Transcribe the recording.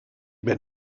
ben